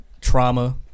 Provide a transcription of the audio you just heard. trauma